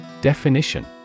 Definition